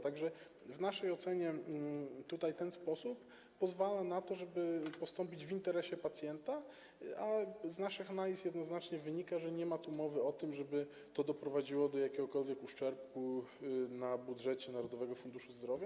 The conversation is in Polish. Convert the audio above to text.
Tak że w naszej ocenie ten sposób pozwala na postępowanie w interesie pacjenta, a z naszych analiz jednoznacznie wynika, że nie ma tu mowy o tym, żeby to doprowadziło do jakiegokolwiek uszczerbku w budżecie Narodowego Funduszu Zdrowia.